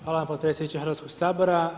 Hvala potpredsjedniče Hrvatskog sabora.